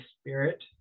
spirit